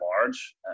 large